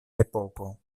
epoko